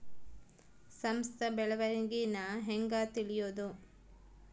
ಸಂಸ್ಥ ಬೆಳವಣಿಗೇನ ಹೆಂಗ್ ತಿಳ್ಯೇದು